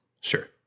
Sure